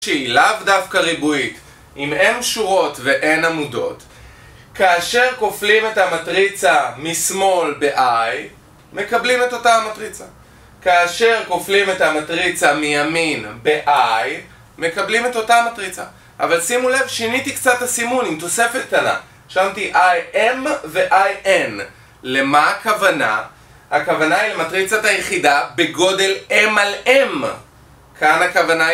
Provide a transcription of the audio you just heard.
לאו דווקא ריבועית, אם אין שורות ואין עמודות כאשר כופלים את המטריצה משמאל ב-I, מקבלים את אותה המטריצה כאשר כופלים את המטריצה מימין ב-I, מקבלים את אותה המטריצה. אבל שימו לב, שיניתי קצת הסימון עם תוספת קטנה. רשמתי IM וIN למה הכוונה? הכוונה היא למטריצת היחידה בגודל M על M כאן הכוונה היא...